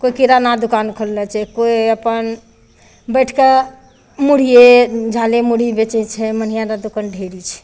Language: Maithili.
केओ किराना दोकान खोलने छै केओ अपन बैठ कऽ मुरहिये झाले मुरही बेचै छै मनिहारा दोकान ढेरी छै